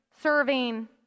serving